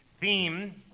theme